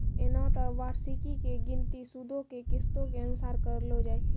एना त वार्षिकी के गिनती सूदो के किस्तो के अनुसार करलो जाय छै